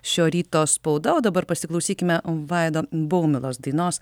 šio ryto spauda o dabar pasiklausykime vaido baumilos dainos